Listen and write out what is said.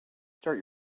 start